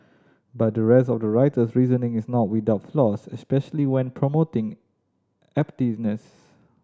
but the rest of the writer's reasoning is not without flaws especially when promoting abstinence